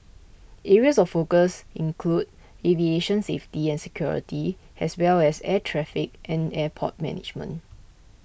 areas of focus include aviation safety and security as well as air traffic and airport management